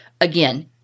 again